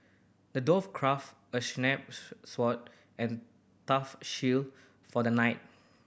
the dwarf crafted a sword and a tough shield for the knight